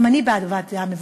גם אני בעד הבעת דעה מבקרת.